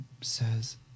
says